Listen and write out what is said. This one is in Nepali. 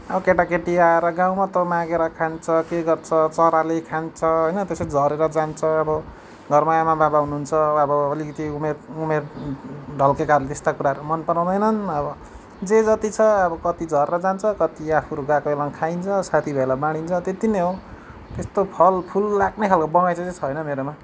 अब केटाकेटी आएर गाउँमा त मागेर खान्छ के गर्छ चराले खान्छ होइन त्यसै झरेर जान्छ अब घरमा आमा बाबा हुनुहुन्छ अब अलिकति उमेर उमेर ढल्केकाहरूले त्यस्ता कुराहरू मन पराउँदैनन् अब जे जति छ अब कति झरेर जान्छ कति आफूहरू गएको बेला खाइन्छ साथीभाइलाई बाँडिन्छ त्यति नै हो त्यस्तो फलफुल लाग्ने खालको बगैँचा चाहिँ छैन मेरोमा